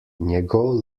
njegov